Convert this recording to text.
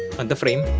on the frame,